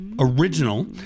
original